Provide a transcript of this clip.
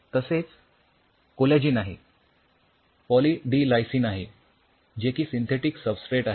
तसेच कोलॅजिन आहे poly D lysine आहे जे की सिंथेटिक सबस्ट्रेट आहे